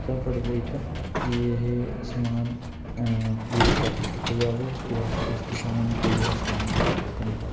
sir ਤੁਹਾਡੇ ਤੋਂ ਇੱਕ ਕਿ ਇਹ ਸਾਮਾਨ ਪਲੀਜ਼ ਵਾਪਿਸ ਕੀਤਾ ਜਾਵੇ ਜਾਂ ਫਿਰ ਇਸ ਦੀ ਥਾਂ ਮੈਨੂੰ ਕੋਈ ਹੋਰ ਸਾਮਾਨ ਦਿੱਤਾ ਜਾਵੇ ਧੰਨਵਾਦ